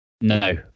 No